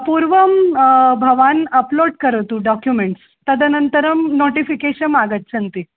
पूर्वं भवान् अप्लोड् करोतु डोक्युमेण्ट्स् तदनन्तरं नोटिफ़िकेशम् आगच्छन्ति